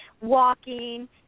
walking